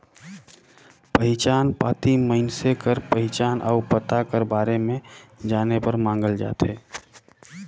पहिचान पाती मइनसे कर पहिचान अउ पता कर बारे में जाने बर मांगल जाथे